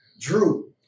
Drew